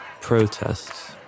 protests